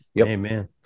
Amen